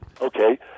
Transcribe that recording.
Okay